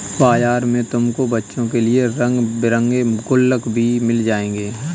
बाजार में तुमको बच्चों के लिए रंग बिरंगे गुल्लक भी मिल जाएंगे